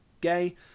gay